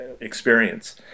experience